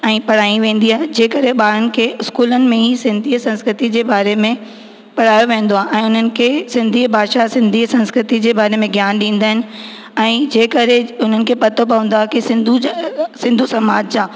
ऐं पढ़ाई वेंदी आहे जंहिं करे ॿारनि खे स्कूलनि में ही सिंधीअ संस्कृति जे बारे में पढ़ायो वेंदो आहे ऐं उन्हनि खे सिंधी भाषा सिंधी संस्कृति जे बारे में ज्ञान ॾींदा आहिनि ऐं जंहिं करे उन्हनि खे पतो पवंदो आहे की सिंधू सिंधू समाज जा